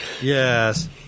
Yes